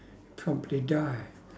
promptly die